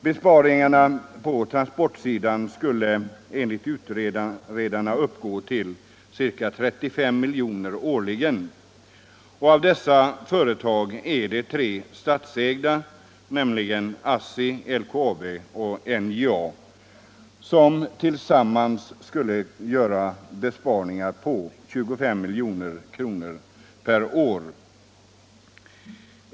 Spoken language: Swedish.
Besparingarna på transportsidan skulle enligt utredarna uppgå till ca 35 milj.kr. årligen. Av dessa företag är tre statsägda —- ASSI, LKAB och NJA — och de skulle tillsammans ha gjort besparingar på 25 milj.kr. per år.